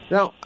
Now